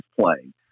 playing